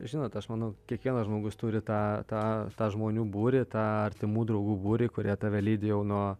žinot aš manau kiekvienas žmogus turi tą tą tą žmonių būrį tą artimų draugų būrį kurie tave lydi jau nuo